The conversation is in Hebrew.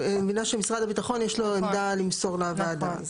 אני מבינה שמשרד הביטחון יש לו עמדה למסור לוועדה.